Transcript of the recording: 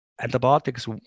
Antibiotics